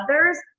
others